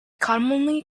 commonly